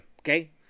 Okay